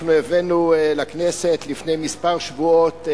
אנחנו הבאנו לכנסת לפני כמה שבועות,